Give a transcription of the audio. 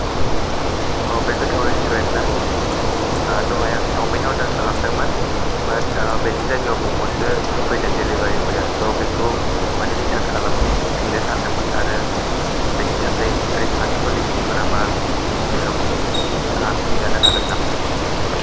औ बि गोथाव रेस्तुरेन्ट ना ओ दहाय आं चावमिन अर्डार खालामदोंमोन ओमफ्राय दा बेनि जायगायाव म'म'सो होफैदं देलिभारि बइ या स बेखौ माने रिटार्न खालामफिननो सानदोंमोन आरो बेनिथाखाय रिफान्ड पलिसि फोरा मा आं मिन्थिनो लुगैयो नोंथाङा खिन्थानो हागोन नामा